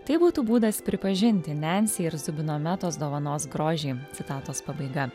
tai būtų būdas pripažinti nensi ir zubino metos dovanos grožį citatos pabaiga